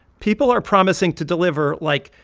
people are promising to deliver, like,